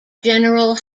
general